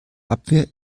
abwehr